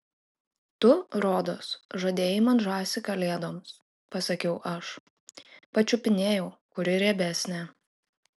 tu rodos žadėjai man žąsį kalėdoms pasakiau aš pačiupinėjau kuri riebesnė